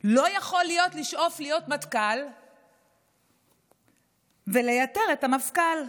לא יכול לשאוף להיות מטכ"ל ולייתר את המפכ"ל.